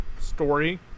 story